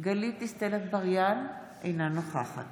גלית דיסטל אטבריאן, אינה נוכחת